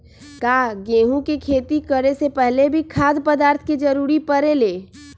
का गेहूं के खेती करे से पहले भी खाद्य पदार्थ के जरूरी परे ले?